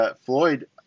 Floyd